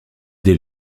dès